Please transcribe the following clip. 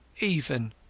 Even